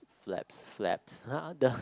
flaps flaps !huh! the